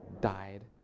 Died